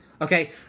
Okay